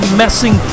messing